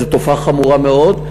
זו תופעה חמורה מאוד,